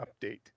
update